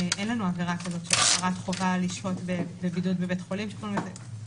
אין לנו עבירה כזאת של הפרת חובה לשהות בבידוד בבית חולים או במלונית.